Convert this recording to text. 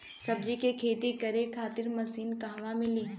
सब्जी के खेती करे खातिर मशीन कहवा मिली?